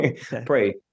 pray